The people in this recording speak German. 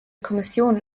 kommission